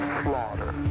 slaughter